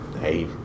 hey